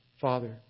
Father